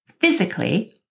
physically